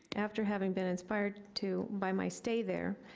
after having been inspired to by my stay there.